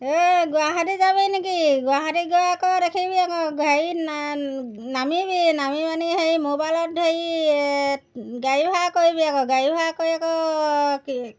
এই গুৱাহাটীত যাবি নেকি গুৱাহাটীত গৈ আকৌ দেখিবি আকৌ হেৰি নামিবি নামি পেনি হেৰি মোবাইলত হেৰি গাড়ী ভাড়া কৰিবি আকৌ গাড়ী ভাড়া কৰি আকৌ কি